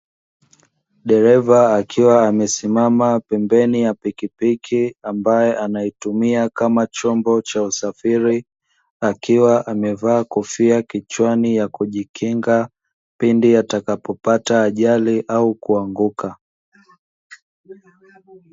Dereva akiwa amesimama pembeni ya pikipiki ambaye anaitumia kama chombo cha usafiri, akiwa amevaa kofia kichwani ya kujikinga pindi atakapopata ajali au kuanguka.